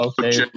okay